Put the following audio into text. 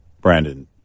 Brandon